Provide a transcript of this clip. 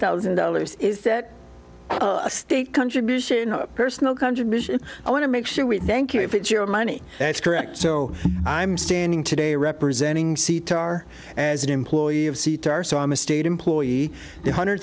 thousand dollars is that a state contribution a personal contribution i want to make sure we thank you if it's your money that's correct so i'm standing today representing c t r as an employee of seats are so i'm a state employee two hundred